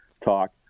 talk